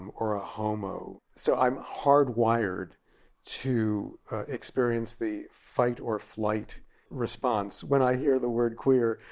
and or a homo, so i'm hardwired to experience the fight or flight response when i hear the word queer.